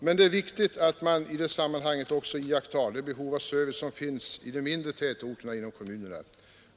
Men det är viktigt att man i detta sammanhang också iakttar det behov av service som finns i de mindre tätorterna i kommunerna.